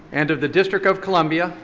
and of the district of columbia.